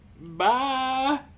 bye